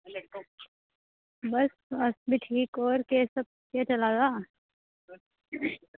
बस अस बी ठीक होर केह् चलै दा